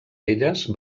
elles